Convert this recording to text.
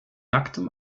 nacktem